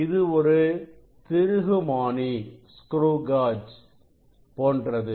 இது ஒரு திருகு மானி போன்றது